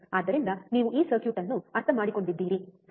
ಆದ್ದರಿಂದ ನೀವು ಈ ಸರ್ಕ್ಯೂಟ್ ಅನ್ನು ಅರ್ಥಮಾಡಿಕೊಂಡಿದ್ದೀರಿ ಸರಿ